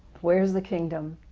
where's the kingdom?